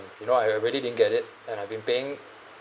you know I already didn't get it and I've been paying